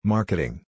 Marketing